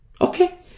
Okay